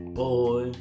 boy